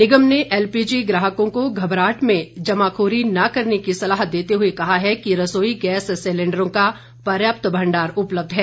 निगम ने एलपीजी ग्राहकों को घबराहट में जमाखोरी न करने की सलाह देते हुए कहा है कि रसोई गैस सिलेंडरों का पर्याप्त भंडार उपलब्ध है